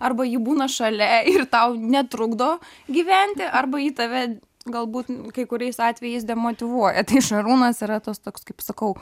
arba ji būna šalia ir tau netrukdo gyventi arba ji tave galbūt kai kuriais atvejais demotyvuoja tai šarūnas yra tas toks kaip sakau